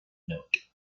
note